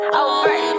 over